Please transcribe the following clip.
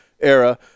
era